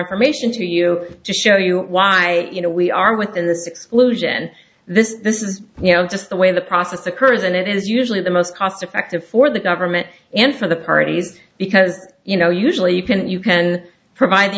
information to you to show you why you know we are within this explosion this this is just the way the process occurs and it is usually the most cost effective for the government and for the parties because you know usually you can you can provide the